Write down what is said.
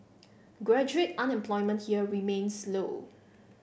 graduate unemployment here remains low